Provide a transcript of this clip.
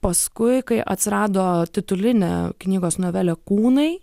paskui kai atsirado titulinė knygos novelė kūnai